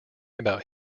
about